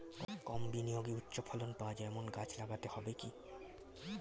কম বিনিয়োগে উচ্চ ফলন পাওয়া যায় এমন গাছ লাগাতে হবে কি?